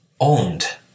owned